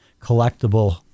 collectible